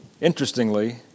Interestingly